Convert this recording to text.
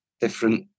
different